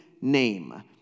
name